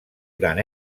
gran